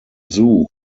zoo